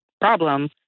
problem